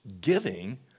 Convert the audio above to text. giving